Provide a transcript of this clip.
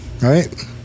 Right